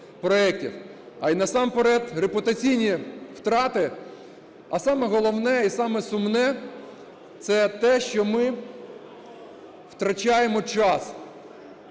а й насамперед репутаційні втрати. А саме головне і саме сумне - це те, що ми втрачаємо час.